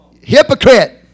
Hypocrite